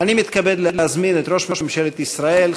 אני מתכבד להזמין את ראש ממשלת ישראל,